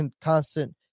constant